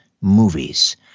movies